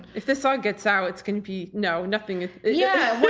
if this all gets out it's gonna be no. nothing. ah yeah we're